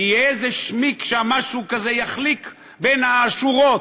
יהיה איזה שמיק, משהו כזה שיחליק בין השורות,